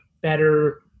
better